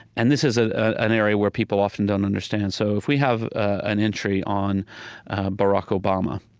and this is ah an area where people often don't understand. so if we have an entry on barack obama,